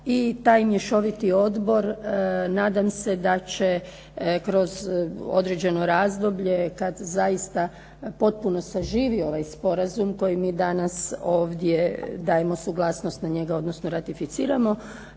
I taj mješoviti odbor nadam se da će kroz određeno razdoblje, kada zaista potpuno zaživi ovaj sporazum koji mi danas ovdje, dajemo suglasnost na njega, odnosno ratificiramo,